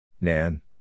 Nan